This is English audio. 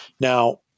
Now